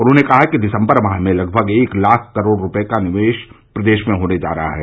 उन्होंने कहा कि दिसम्बर माह में लगभग एक लाख करोड़ रूपये का निवेश प्रदेश में होने जा रहा है